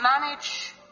manage